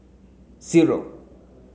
zero